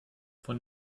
von